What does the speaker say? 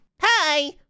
Hi